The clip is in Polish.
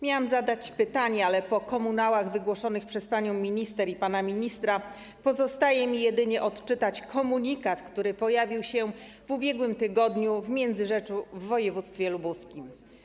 Miałam zadać pytanie, ale po komunałach wygłoszonych przez panią minister i pana ministra pozostaje mi jedynie odczytać komunikat, który pojawił się w ubiegłym tygodniu w Międzyrzeczu w województwie lubuskim.